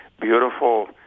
beautiful